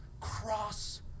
cross